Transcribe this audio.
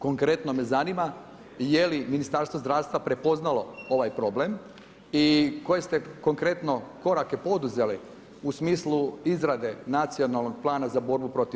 Konkretno me zanima je li Ministarstvo zdravstva, prepoznalo ovaj problem i koje ste konkretno, korake poduzeli u smislu izrade Nacionalnog plana za borbu protiv raka.